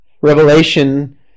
Revelation